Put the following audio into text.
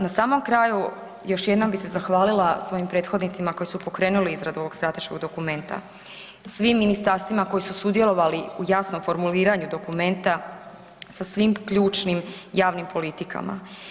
Na samom kraju još jednom bih se zahvalila svojim prethodnicima koji su pokrenuli izradu ovog strateškog dokumenta, svim ministarstvima koji su sudjelovali u jasnom formuliranju dokumenta sa svim ključnim, javnim politikama.